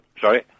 Sorry